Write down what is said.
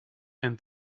and